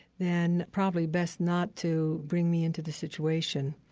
then probably best not to bring me into the situation.